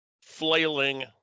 flailing